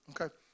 Okay